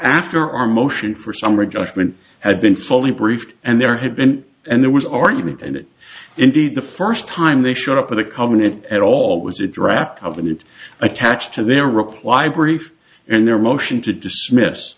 after our motion for summary judgment had been fully briefed and there had been and there was argument and it indeed the first time they showed up with a covenant at all was a draft covenant attached to their reply brief and their motion to dismiss